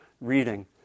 reading